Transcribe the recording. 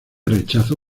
rechazo